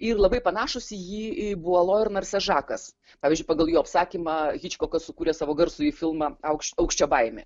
ir labai panašūs į jįbualo ir narsežakas pavyzdžiui pagal jo apsakymą hičkokas sukūrė savo garsųjį filmą aukš aukščio baimė